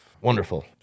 Wonderful